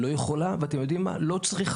לא יכולה, ואתם יודעים מה לא צריכה.